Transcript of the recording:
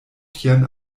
tian